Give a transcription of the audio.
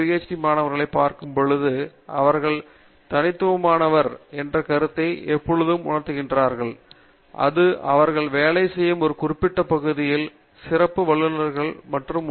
D மாணவர்களைப் பார்க்கும் பொழுது அவர்கள் தனித்துவமானவர் என்ற கருத்தை எப்பொழுதும் உணர்கிறார்கள் இது அவர்கள் வேலை செய்யும் ஒரு குறிப்பிட்ட பகுதியில் சிறப்பு வல்லுநர்களாக மாற்றும் உண்மை